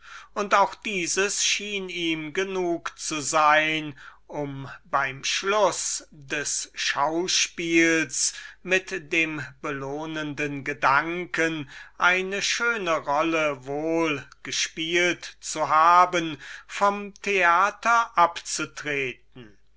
und auch dieses schien ihm genug zu sein um beim schluß der aktion mit dem belohnenden gedanken eine schöne rolle wohl gespielt zu haben vom theater abzutreten